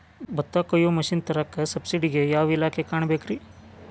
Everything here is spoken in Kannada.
ಭತ್ತ ಕೊಯ್ಯ ಮಿಷನ್ ತರಾಕ ಸಬ್ಸಿಡಿಗೆ ಯಾವ ಇಲಾಖೆ ಕಾಣಬೇಕ್ರೇ?